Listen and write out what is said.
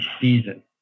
season